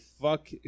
Fuck